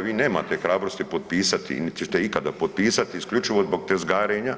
Vi nemate hrabrosti potpisati niti ćete ikada potpisati isključivo zbog tezgarenja,